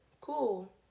cool